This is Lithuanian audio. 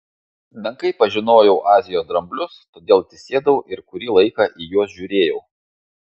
menkai pažinojau azijos dramblius todėl atsisėdau ir kurį laiką į juos žiūrėjau